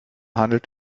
handelt